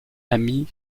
ami